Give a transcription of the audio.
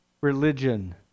religion